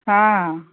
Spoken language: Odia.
ହଁ